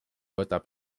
võtab